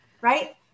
Right